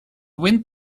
wind